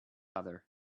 other